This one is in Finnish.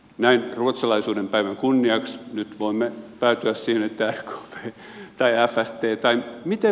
näin ruotsalaisuuden päivän kunniaksi nyt voimme päätyä siihen että rkp tai fst tai